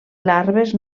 larves